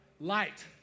light